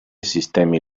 sistemi